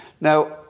Now